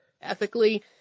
ethically